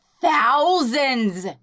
thousands